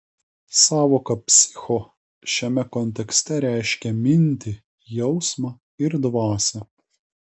sąvoka psicho šiame kontekste reiškia mintį jausmą ir dvasią